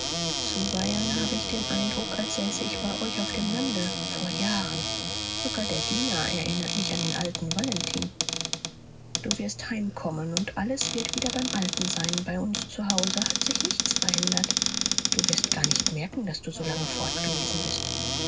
zuweilen habe ich den eindruck als säße ich bei euch auf dem lande vor jahren sogar der diener erinnert mich an den alten valentin du wirst heimkommen und alles wird wieder beim alten sein bei uns zu hause hat sich nichts verändert du wirst gar nicht merken daß du so lange fortgewesen bist